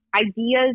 ideas